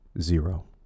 zero